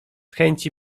chęci